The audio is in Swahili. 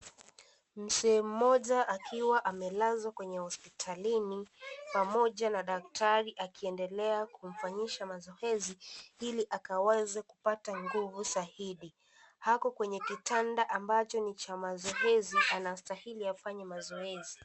Mzee mmoja akiwa amelazwa kwenye hospitalini pamoja na daktari akiendelea kumfanyisha mazoezi Ili akaweze kupata nguvu zaidi. Ako kwenye kitanda ambacho ni cha mazoezi. Anastahili kufanya mazoezi.